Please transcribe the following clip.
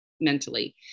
mentally